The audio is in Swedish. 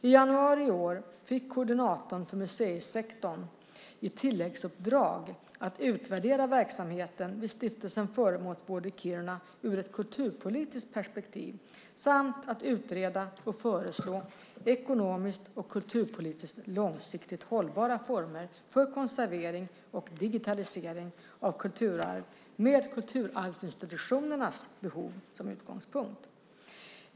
I januari i år fick koordinatorn för museisektorn i tilläggsuppdrag att utvärdera verksamheten vid Stiftelsen Föremålsvård i Kiruna ur ett kulturpolitiskt perspektiv samt att utreda och föreslå ekonomiskt och kulturpolitiskt långsiktigt hållbara former för konservering och digitalisering av kulturarv, med kulturarvsinstitutionernas behov som utgångspunkt .